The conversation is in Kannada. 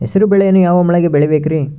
ಹೆಸರುಬೇಳೆಯನ್ನು ಯಾವ ಮಳೆಗೆ ಬೆಳಿಬೇಕ್ರಿ?